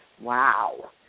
wow